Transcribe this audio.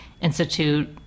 institute